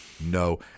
No